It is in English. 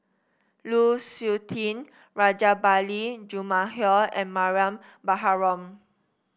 Lu Suitin Rajabali Jumabhoy and Mariam Baharom